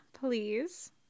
please